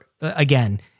again